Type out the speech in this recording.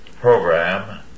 program